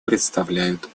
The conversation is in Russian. представляют